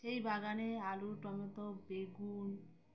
সেই বাগানে আলু টমেটো বেগুন